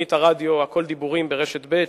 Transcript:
בתוכנית הרדיו "הכול דיבורים" ברשת ב'